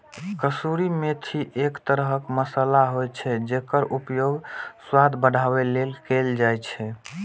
कसूरी मेथी एक तरह मसाला होइ छै, जेकर उपयोग स्वाद बढ़ाबै लेल कैल जाइ छै